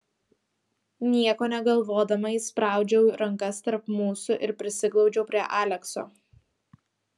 nieko negalvodama įspraudžiau rankas tarp mūsų ir prisiglaudžiau prie alekso